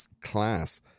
class